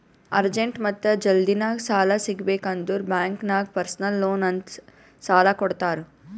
urgent ಮತ್ತ ಜಲ್ದಿನಾಗ್ ಸಾಲ ಸಿಗಬೇಕ್ ಅಂದುರ್ ಬ್ಯಾಂಕ್ ನಾಗ್ ಪರ್ಸನಲ್ ಲೋನ್ ಅಂತ್ ಸಾಲಾ ಕೊಡ್ತಾರ್